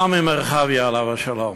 עמי מרחביה, עליו השלום,